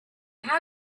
how